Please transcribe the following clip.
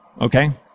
okay